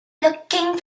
looking